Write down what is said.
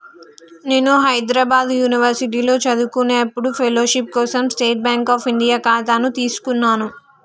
నేను హైద్రాబాద్ యునివర్సిటీలో చదువుకునేప్పుడు ఫెలోషిప్ కోసం స్టేట్ బాంక్ అఫ్ ఇండియా ఖాతాను తీసుకున్నాను